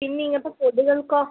പിന്നെ ഇങ്ങനത്തെ പൊടികൾക്കോ